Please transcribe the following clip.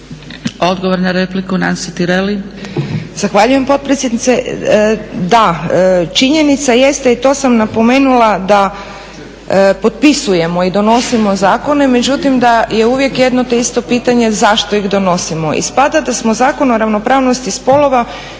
Odgovor na repliku, Nansi Tireli.